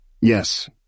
Yes